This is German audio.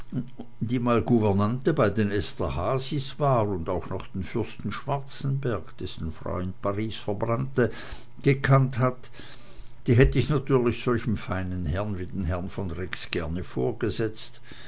bei den esterhazys war und auch noch den fürsten schwarzenberg dessen frau in paris verbrannte gekannt hat ja die hätt ich natürlich solchem feinen herrn wie dem herrn von rex gerne vorgesetzt